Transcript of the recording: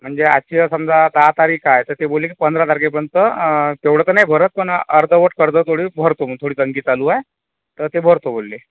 म्हणजे आजची आहे समजा दहा तारीख आहे ते बोलले की पंधरा तारखेपर्यंत तेवढे तर नाही भरत पण अर्धवट कर्ज तरी भरतो थोडी तंगी चालू आहे तर ते भरतो बोलले